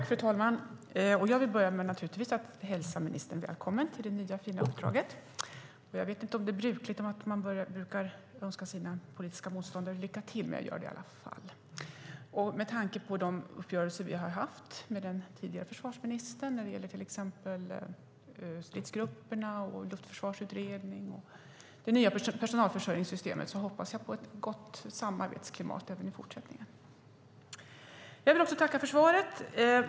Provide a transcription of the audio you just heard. Fru talman! Jag vill naturligtvis börja med att hälsa ministern välkommen till det nya fina uppdraget. Jag vet inte om det är brukligt att önska sina politiska motståndare lycka till, men jag gör det. Med tanke på de uppgörelser vi har haft med den tidigare försvarsministern när det gäller till exempel stridsgrupperna, luftförsvarsutredning och det nya personalförsörjningssystemet hoppas jag på ett gott samarbetsklimat även i fortsättningen. Jag vill också tacka för svaret.